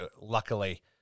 luckily